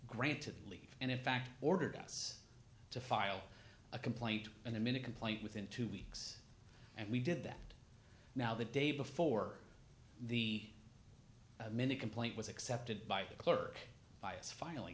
granted leave and in fact ordered us to file a complaint and them in a complaint within two weeks and we did that now the day before the minute complaint was accepted by the clerk bias filing